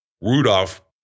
Rudolph